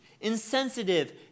insensitive